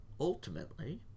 ultimately